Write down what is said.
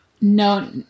No